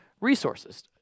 resources